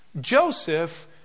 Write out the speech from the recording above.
Joseph